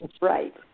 Right